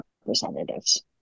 Representatives